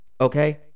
okay